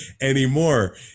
anymore